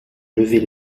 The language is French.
lever